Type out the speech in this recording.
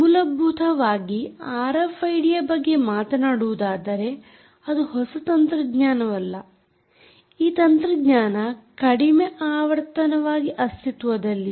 ಮೂಲಭೂತವಾಗಿ ಆರ್ಎಫ್ಐಡಿಯ ಬಗ್ಗೆ ಮಾತನಾಡುವುದಾದರೆ ಅದು ಹೊಸ ತಂತ್ರಜ್ಞಾನವಲ್ಲ ಈ ತಂತ್ರಜ್ಞಾನ ಕಡಿಮೆ ಆವರ್ತನವಾಗಿ ಅಸ್ತಿತ್ವದಲ್ಲಿತ್ತು